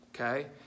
okay